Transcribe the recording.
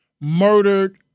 murdered